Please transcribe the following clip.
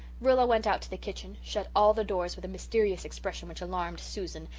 rilla went out to the kitchen, shut all the doors with a mysterious expression which alarmed susan,